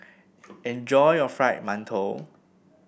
enjoy your Fried Mantou